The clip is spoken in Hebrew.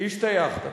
השתייכת.